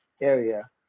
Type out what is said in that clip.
area